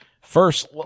First